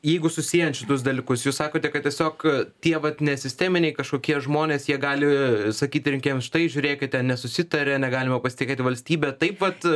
jeigu susiet šituos dalykus jūs sakote kad tiesiog tie vat nesisteminiai kažkokie žmonės jie gali sakyti rinkėjams štai žiūrėkite nesusitaria negalima pasitikėti valstybe taip vat